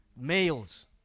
Males